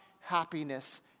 happiness